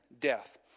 death